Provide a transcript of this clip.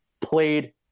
played